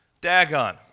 Dagon